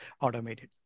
automated